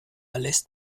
lässt